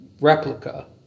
replica